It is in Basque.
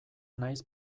naiz